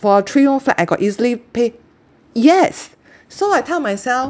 for a three room flat I could easily pay yes so I tell myself